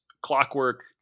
clockwork